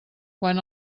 quan